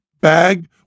bag